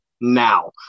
now